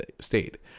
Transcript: state